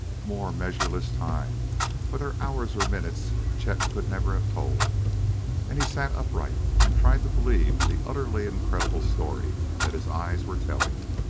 more measureless time whether hours or minutes chet could never have told and he sat upright and tried to believe the utterly incredible story that his eyes were telling.